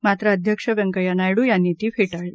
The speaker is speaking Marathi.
मात्र अध्यक्ष व्यंकप्या नायडू यांनी ती फेटाळली